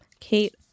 Kate